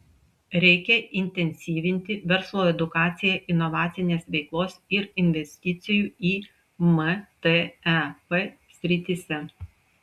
reikia intensyvinti verslo edukaciją inovacinės veiklos ir investicijų į mtep srityse